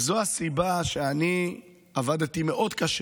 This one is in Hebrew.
זו הסיבה שעבדתי קשה